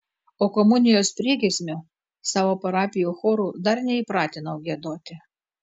o komunijos priegiesmio savo parapijų chorų dar neįpratinau giedoti